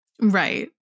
Right